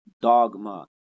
dogma